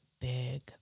big